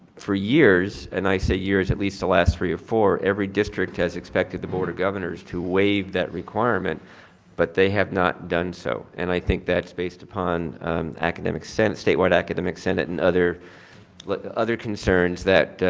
for years and i say years, at least the last three or four, every district has expected the board of governors to waive that requirement but they have not done so. and i think that's based upon academic senate statewide academic senate and other like other concerns that